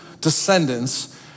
descendants